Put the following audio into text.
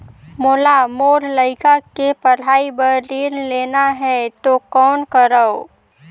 मोला मोर लइका के पढ़ाई बर ऋण लेना है तो कौन करव?